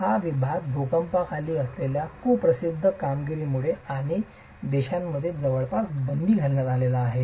हा विभाग भूकंपांखाली असलेल्या कुप्रसिद्ध कामगिरीमुळे काही देशांमध्ये जवळपास बंदी घालण्यात आला आहे